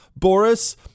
Boris